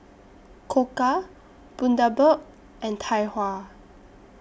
Koka Bundaberg and Tai Hua